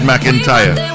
McIntyre